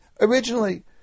originally